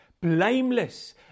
blameless